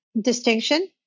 distinction